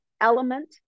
element